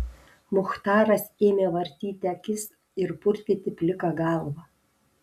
muchtaras ėmė vartyti akis ir purtyti pliką galvą